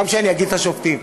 גם כשאני אגיד "השופטים".